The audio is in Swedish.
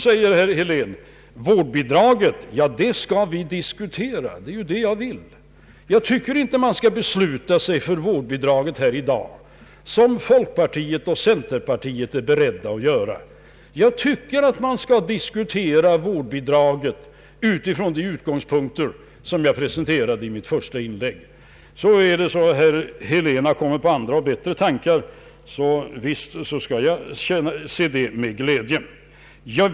Herr Helén säger att han vill diskutera vårdbidraget. Jag tycker emellertid inte att man skall fatta beslut om vårdbidraget i dag, såsom folkpartiet och centerpartiet är beredda att göra. Jag tycker att man skall diskutera vårdbidraget utifrån de utgångspunkter som jag presenterade i mitt första inlägg. Om herr Helén har kommit på andra och bättre tankar, ser jag naturligtvis det med glädje.